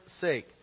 sake